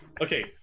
okay